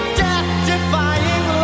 death-defying